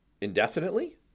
indefinitely